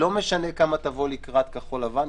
לא משנה כמה תבוא לקראת כחול לבן,